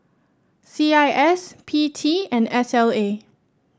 C I S P T and S L A